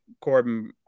Corbin